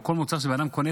או כל מוצר שבן אדם קונה,